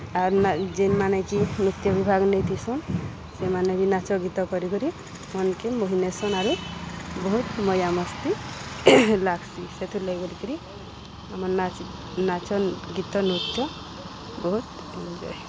ଆର୍ ନା ଯେନ୍ମାନେ କି ନୃତ୍ୟ ବିଭାଗ ନେ ଥିସନ୍ ସେମାନେ ବି ନାଚ ଗୀତ କରିକରି ମନ୍କେ ମୋହିନେସନ୍ ଆରୁ ବହୁତ୍ ମଜା ମସ୍ତି ଲାଗ୍ସି ସେଥିଲାଗି ବଲିକରି ଆମର୍ ନାଚ ନାଚ ଗୀତ ନୃତ୍ୟ ବହୁତ୍ ଏଞ୍ଜଏ